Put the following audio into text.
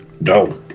No